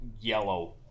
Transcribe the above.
yellow